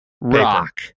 Rock